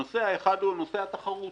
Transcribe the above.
הנושא האחד הוא נושא התחרות.